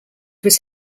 was